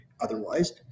otherwise